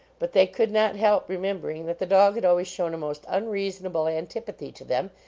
but they could not help remem bering that the dog had always shown a most unreasonable antipathy to them,